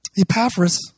Epaphras